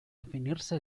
definirse